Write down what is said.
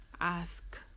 ask